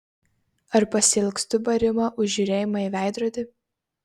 ar pasiilgstu barimo už žiūrėjimą į veidrodį